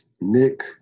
Nick